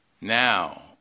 now